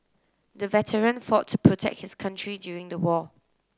the veteran fought to protect his country during the war